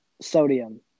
sodium